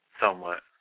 Somewhat